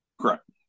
Correct